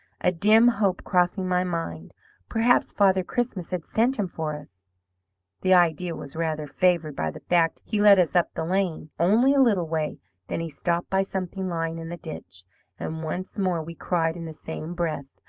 a dim hope crossing my mind perhaps father christmas has sent him for us the idea was rather favoured by the fact he led us up the lane. only a little way then he stopped by something lying in the ditch and once more we cried in the same breath,